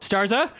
Starza